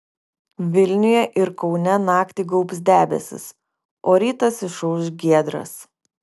vilniuje ir kaune naktį gaubs debesys o rytas išauš giedras